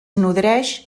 nodreix